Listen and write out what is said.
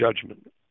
judgment